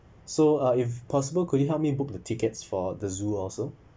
so uh if possible could you help me book the tickets for the zoo also